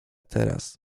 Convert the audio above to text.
teraz